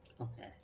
Okay